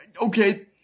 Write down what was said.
Okay